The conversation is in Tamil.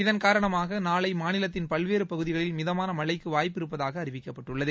இதன் காரணமாக நாளை மாநிலத்தின் பல்வேறு பகுதிகளில் மிதமான மழைக்கு வாய்ப்பு இருப்பதாக அறிவிக்கப்பட்டுள்ளது